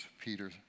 Peter